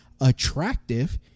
attractive